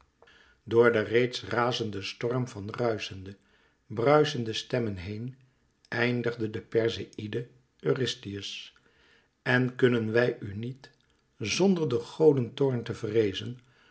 door den reeds razenden storm van ruischende bruischende stemmen heen eindigde de perseïde eurystheus en kunnen wij u niet zonder der goden toorn te vreezen